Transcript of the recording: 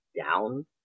down